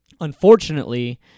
Unfortunately